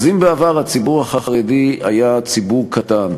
אז אם בעבר הציבור החרדי היה ציבור קטן,